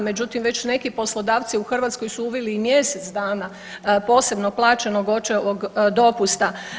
Međutim, već su neki poslodavci u Hrvatskoj su uveli i mjesec dana posebno plaćenog očevog dopusta.